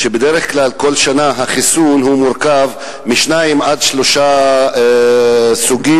בדרך כלל כל שנה החיסון מורכב משניים עד שלושה סוגים